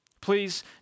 Please